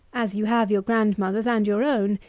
as you have your grandmother's and your own,